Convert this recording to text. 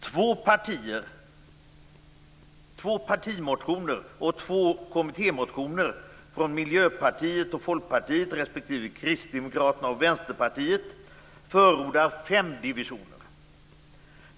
Två partimotioner och två kommittémotioner - från Miljöpartiet och Folkpartiet respektive Kristdemokraterna och Vänsterpartiet - förordar fem divisioner.